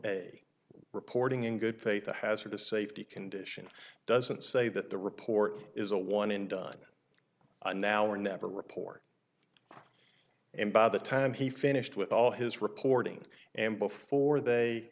one reporting in good faith the hazardous safety condition doesn't say that the report is a one and done now or never report and by the time he finished with all his reporting and before they